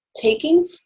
Taking